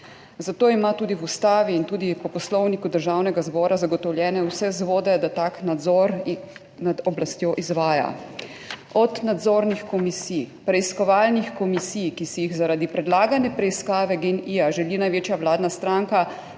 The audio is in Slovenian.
Zato ima tudi v Ustavi in tudi po Poslovniku Državnega zbora zagotovljene vse vzvode, da tak nadzor nad oblastjo izvaja od nadzornih komisij, preiskovalnih komisij, ki si jih zaradi predlagane preiskave **24. TRAK: (NB) -